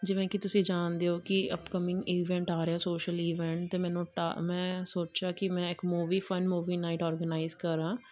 ਜਿਵੇਂ ਕਿ ਤੁਸੀਂ ਜਾਣਦੇ ਹੋ ਕਿ ਅਪਕਮਿੰਗ ਇਵੈਂਟ ਆ ਰਿਹਾ ਸੋਸ਼ਲ ਈਵੈਂਟ ਅਤੇ ਮੈਨੂੰ ਟਾ ਮੈਂ ਸੋਚਿਆ ਕਿ ਮੈਂ ਇੱਕ movie fun movie night organise ਕਰਾਂ